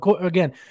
again